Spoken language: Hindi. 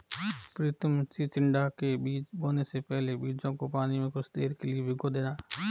प्रितम चिचिण्डा के बीज बोने से पहले बीजों को पानी में कुछ देर के लिए भिगो देना